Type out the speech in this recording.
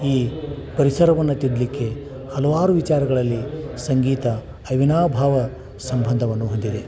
ಈ ಪರಿಸರವನ್ನು ತಿದ್ದಲಿಕ್ಕೆ ಹಲವಾರು ವಿಚಾರಗಳಲ್ಲಿ ಸಂಗೀತ ಅವಿನಾಭಾವ ಸಂಬಂಧವನ್ನು ಹೊಂದಿದೆ